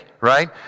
right